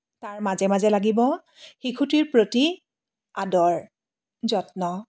তাৰ মাজে মাজে লাগিব শিশুটিৰ প্ৰতি আদৰ যত্ন